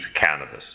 Cannabis